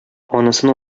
анысын